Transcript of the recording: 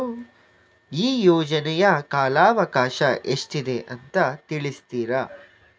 ಈ ಯೋಜನೆಯ ಕಾಲವಕಾಶ ಎಷ್ಟಿದೆ ಅಂತ ತಿಳಿಸ್ತೀರಾ?